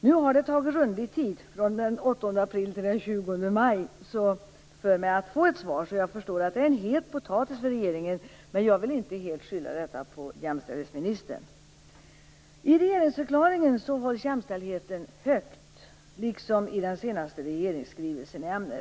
Det har tagit rundlig tid - från den 8 april till den 20 maj - för mig att få ett svar. Jag förstår alltså att detta är en het potatis för regeringen, men jag vill inte helt skylla det på jämställdhetsministern. I regeringsförklaringen hålls jämställdheten högt, liksom i den senaste regeringsskrivelsen i ämnet.